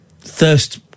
Thirst